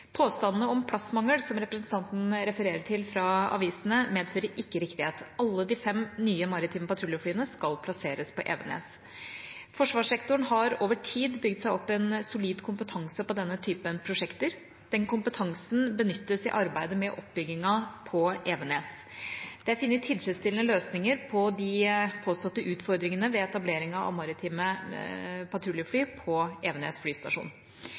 Påstandene om plassmangel, som representanten refererer til fra avisene, medfører ikke riktighet. Alle de fem nye maritime patruljeflyene skal plasseres på Evenes. Forsvarssektoren har over tid bygd seg opp en solid kompetanse på denne typen prosjekter. Den kompetansen benyttes i arbeidet med oppbyggingen på Evenes. Det er funnet tilfredsstillende løsninger på de påståtte utfordringene ved etableringen av maritime patruljefly på Evenes flystasjon.